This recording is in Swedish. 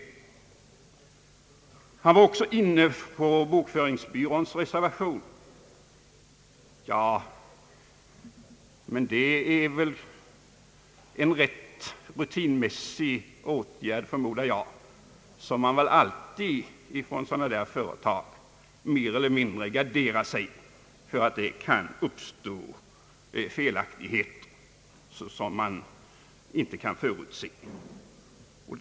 Herr Ottosson var också inne på bokföringsbyråns reservation, men den reservationen är, förmodar jag, en rutinmässig åtgärd som väl alltid sådana företag vidtar för att gardera sig för felaktigheter som man inte kan förutse.